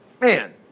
Man